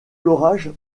l’orage